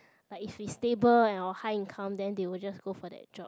like if it's stable and or high income then they will just go for that job